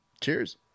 Cheers